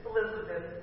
Elizabeth